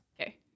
Okay